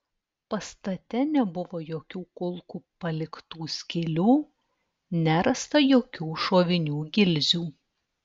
pastate nebuvo jokių kulkų paliktų skylių nerasta jokių šovinių gilzių